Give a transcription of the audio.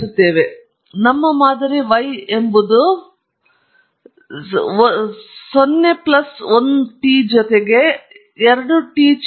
ಆದ್ದರಿಂದ ನಮ್ಮ ಮಾದರಿ y ಎಂಬುದು ಕೆಲವು ಒಂದು 0 ಪ್ಲಸ್ 1 t ಜೊತೆಗೆ 2 t ಚದರ